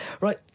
right